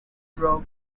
drove